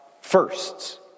firsts